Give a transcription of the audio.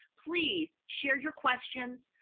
please, share your questions,